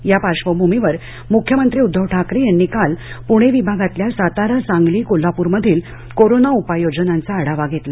या पार्श्वभूमीवर मुख्यमंत्री उद्धव ठाकरे यांनी काल पुणे विभागातल्या सातारा सांगली कोल्हापूरमधील कोरोना उपाययोजनांचा आढावा घेतला